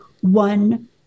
one